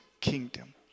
kingdom